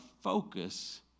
focus